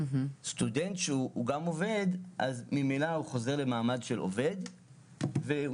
סטודנט שהוא גם עובד הוא ממילא חוזר למעמד של עובד ומשלם